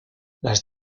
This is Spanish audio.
las